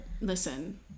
Listen